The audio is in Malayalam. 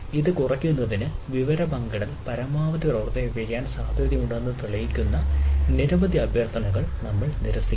ഇത് കുറയ്ക്കുന്നതിന് വിവര പങ്കിടൽ പരമാവധി വർദ്ധിപ്പിക്കാൻ സാധ്യതയുണ്ടെന്ന് തെളിയിക്കുന്ന നിരവധി അഭ്യർത്ഥനകൾ നമ്മൾ നിരസിക്കുന്നു